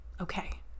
Okay